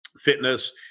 Fitness